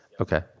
Okay